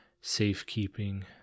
Safekeeping